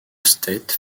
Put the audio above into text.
state